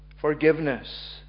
Forgiveness